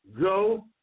go